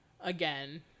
again